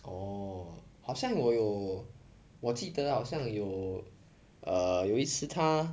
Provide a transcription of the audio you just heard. orh 好像我有我记得好像有 err 有一次他